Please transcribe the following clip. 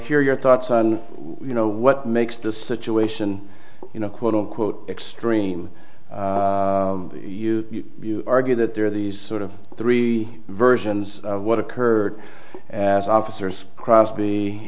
hear your thoughts on you know what makes this situation you know quote unquote extreme you argue that there are these sort of three versions of what occurred as officers acros